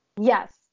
yes